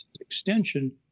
extension